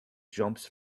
jumps